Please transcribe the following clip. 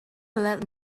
let